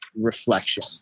reflection